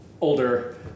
older